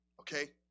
Okay